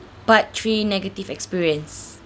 part three negative experience